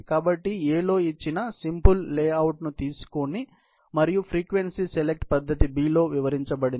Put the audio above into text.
కాబట్టి A లో ఇచ్చిన సింపుల్ లేఅవుట్ను తీసుకోండి మరియు ఫ్రీక్వెన్సీ సెలెక్ట్ పద్ధతి B లో వివరించబడింది